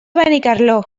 benicarló